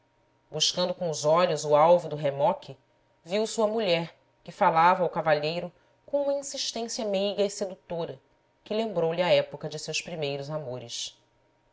buscando com os olhos o alvo do remoque viu sua mulher que falava ao cavalheiro com uma insistência meiga e sedutora que lembrou-lhe a época de seus primeiros amores